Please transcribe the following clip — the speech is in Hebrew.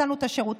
הצלנו את השירותים,